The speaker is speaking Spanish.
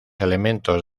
elementos